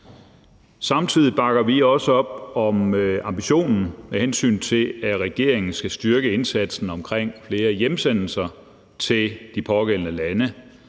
Samtidig bakker vi også op om ambitionen, med hensyn til at regeringen skal styrke indsatsen omkring flere hjemsendelser til de pågældende lande,